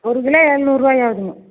ஒரு கிலோ எழுநூறுபாய் ஆகுதுங்க